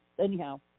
Anyhow